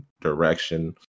direction